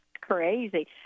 crazy